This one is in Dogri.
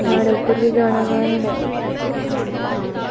न्हाड़े पर बी गाना गाया